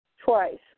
twice